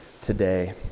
today